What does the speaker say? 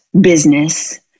business